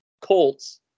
Colts